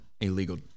illegal